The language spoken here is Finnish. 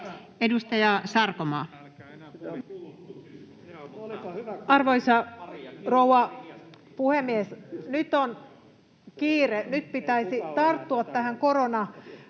Edustaja Sarkomaa. Arvoisa rouva puhemies! Nyt on kiire. Nyt pitäisi tarttua tähän koronapassiasiaan.